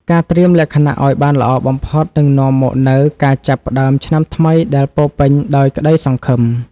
ការត្រៀមលក្ខណៈឱ្យបានល្អបំផុតនឹងនាំមកនូវការចាប់ផ្តើមឆ្នាំថ្មីដែលពោរពេញដោយក្តីសង្ឃឹម។